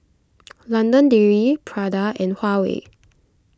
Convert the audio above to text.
London Dairy Prada and Huawei